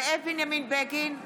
זאב בנימין בגין,